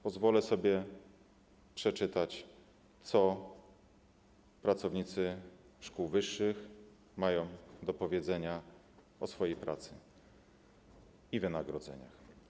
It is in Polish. Pozwolę sobie przeczytać, co pracownicy szkół wyższych mają do powiedzenia o swojej pracy i wynagrodzeniach.